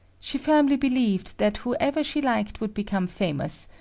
she firmly believed that whoever she liked would become famous,